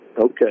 okay